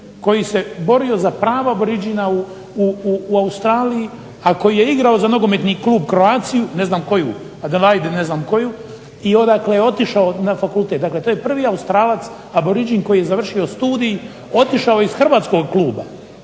koji se borio za pravo aboridžina u Australiji, a koji je igrao za nogometni klub Croatiu, ne znam koju, Adelaide ili ne znam koju, i odakle je otišao na fakultet. Dakle, to je prvi Australac aboridžin koji je završio studij, otišao iz hrvatskog kluba